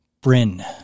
Bryn